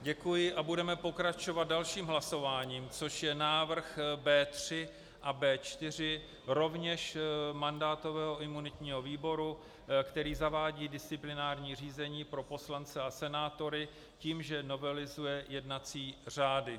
Děkuji a budeme pokračovat dalším hlasováním, což je návrh B3 a B4, rovněž mandátového a imunitního výboru, který zavádí disciplinární řízení pro poslance a senátory s tím, že novelizuje jednací řády.